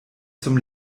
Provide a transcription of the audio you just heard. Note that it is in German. zum